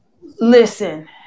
listen